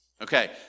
Okay